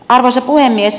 arvoisa puhemies